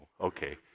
okay